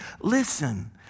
listen